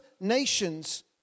nations